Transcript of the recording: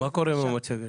יש בעיה טכנית.